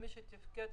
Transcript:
ומי שתפקד,